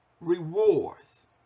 rewards